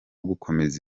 gukomeza